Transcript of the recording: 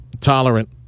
tolerant